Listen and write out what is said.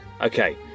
Okay